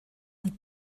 und